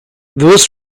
those